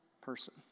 person